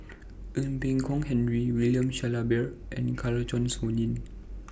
Ee Boon Kong Henry William Shellabear and Kanwaljit Soin